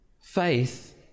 faith